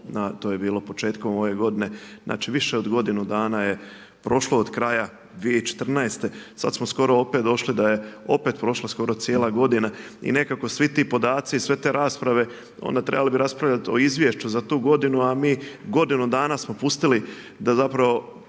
to je bilo početkom ove godine. Znači više od godinu dana je prošlo od kraja 2014., sad smo skoro opet došli da je opet prošla skoro cijela godina i nekako svi ti podaci i sve te rasprave, onda trebali bi raspravljat o izvješću za tu godinu a mi godinu danas smo pustili da zapravo